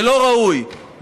ולא ראוי,